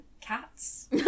cats